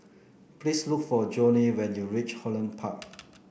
please look for Joni when you reach Holland Park